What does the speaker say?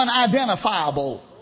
unidentifiable